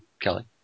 Kelly